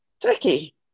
tricky